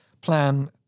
plan